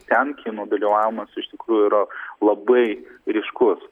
ten kinų dalyvavimas iš tikrųjų yra labai ryškus